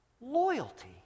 loyalty